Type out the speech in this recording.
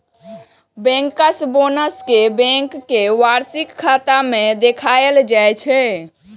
bankers bonus कें bank के वार्षिक खाता मे देखाएल जाइ छै